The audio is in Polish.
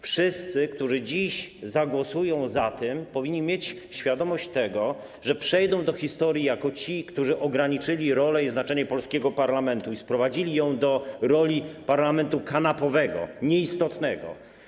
Wszyscy, którzy dziś zagłosują za tym, powinni mieć świadomość tego, że przejdą do historii jako ci, którzy ograniczyli rolę i znaczenie polskiego parlamentu i sprowadzili tę rolę do roli parlamentu kanapowego, nieistotnego.